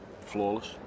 flawless